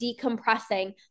decompressing